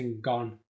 gone